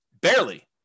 Barely